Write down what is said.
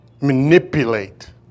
manipulate